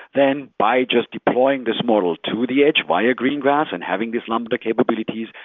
then by just deploying this model to the edge via greengrass and having this lambda capabilities,